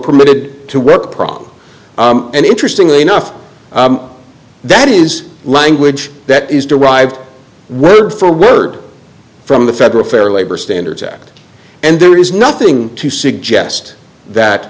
permitted to work problem and interestingly enough that is language that is derived word for word from the federal fair labor standards act and there is nothing to suggest that